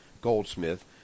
goldsmith